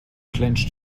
clenched